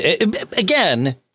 again